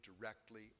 directly